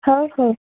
ହଁ ହଁ